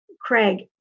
Craig